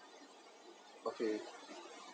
okay